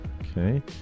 Okay